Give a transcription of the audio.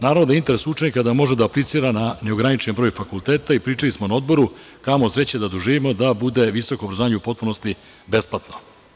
Naravno da je interes učenika da može da aplicira na neograničen broj fakulteta i pričali smo na odboru, kamo sreće da doživimo da bude visoko obrazovanju u potpunosti besplatno.